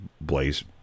blaze